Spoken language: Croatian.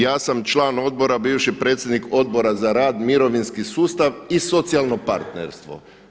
Ja sam član odbora, bivši predsjednik Odbora za rad, mirovinski sustav i socijalno partnerstvo.